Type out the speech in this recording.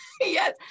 yes